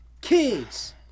Kids